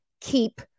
Keep